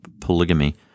polygamy